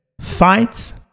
fights